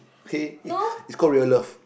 okay it's called real love